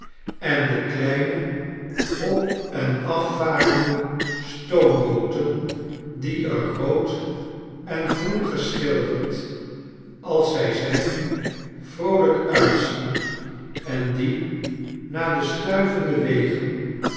en de kleine op en afvarende stoombooten die er rood en groen geschilderd als zij zijn vroolijk uitzien en die na de stuivende wegen